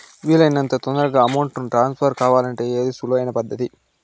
వీలు అయినంత తొందరగా అమౌంట్ ను ట్రాన్స్ఫర్ కావాలంటే ఏది సులువు అయిన పద్దతి